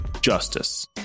Justice